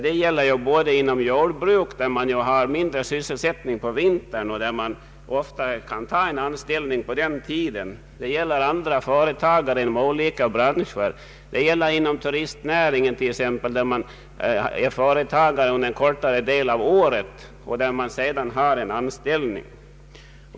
Det gäller inom jordbruket, där man har mindre sysselsättning på vintern och därför kan ta anställning under denna tid, det gäller företagare inom olika branscher och det gäller t.ex. inom turistnäringen, där man är egen företagare under en kortare del av året och sedan har en anställning.